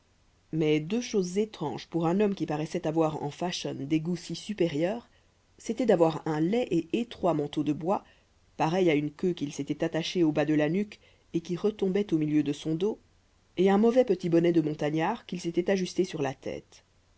mais deux choses étranges pour un homme qui paraissait avoir en fashion des goûts si supérieurs c'était d'avoir un laid et étroit manteau de bois pareil à une queue qu'il s'était attachée au bas de la nuque et qui retombait au milieu de son dos et un mauvais petit bonnet de montagnard qu'il s'était ajusté sur la tête